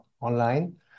online